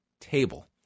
table